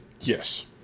Yes